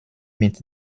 mit